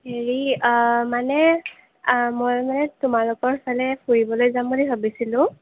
হেৰি মানে মই মানে তোমালোকৰ ফালে ফুৰিবলৈ যাম বুলি ভাবিছিলোঁ